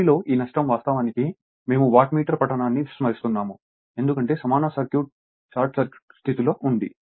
Rc లో ఈ నష్టం వాస్తవానికి మేము వాట్ మీటర్ పఠనాన్ని విస్మరిస్తాము ఎందుకంటే సమాన సర్క్యూట్ షార్ట్ సర్క్యూట్ స్థితిలో ఉంది